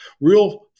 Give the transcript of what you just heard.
real